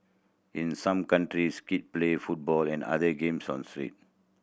in some countries kid play football and other games on the streets